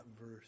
verse